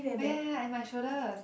oh ya ya ya in my shoulders